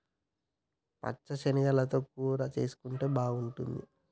పచ్చ శనగలతో కూర చేసుంటే బాగుంటది